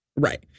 right